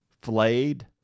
Flayed